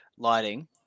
Lighting